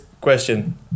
question